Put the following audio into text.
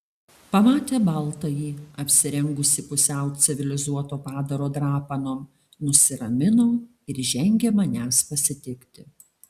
pamatę baltąjį apsirengusį pusiau civilizuoto padaro drapanom nusiramino ir žengė manęs pasitikti